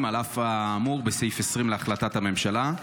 על אף האמור בסעיף 20 להחלטת הממשלה?